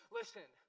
listen